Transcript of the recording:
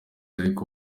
ariko